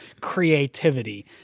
creativity